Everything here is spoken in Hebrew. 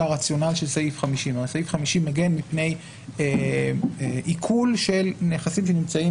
הרציונל של סעיף 50. הרי סעיף 50 מגן מפני עיקול של נכסים שנמצאים